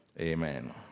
Amen